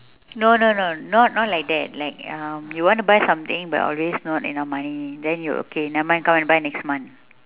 no no no not not like that like um you want to buy something but always not enough money then you okay never mind come and buy next month